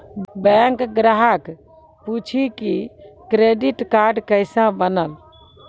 Bank ग्राहक पुछी की क्रेडिट कार्ड केसे बनेल?